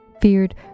feared